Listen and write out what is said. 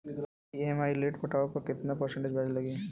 EMI late से पटावे पर कितना परसेंट ब्याज लगी?